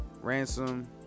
Ransom